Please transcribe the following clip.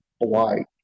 Hawaii